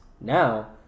Now